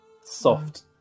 soft